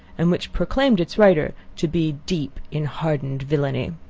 and which proclaimed its writer to be deep in hardened villainy.